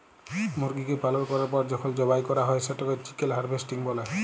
মুরগিকে পালল ক্যরার পর যখল জবাই ক্যরা হ্যয় সেটকে চিকেল হার্ভেস্টিং ব্যলে